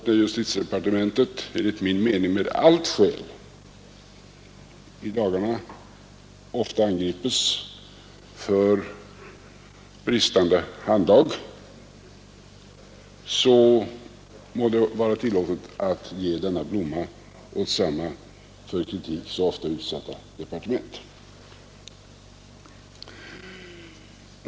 När justitiedepartementet — enligt min mening med allt skäl — i dagarna angrips för bristande handlag, så må det vara tillåtet att ge denna blomma åt samma för kritik så ofta utsatta departement.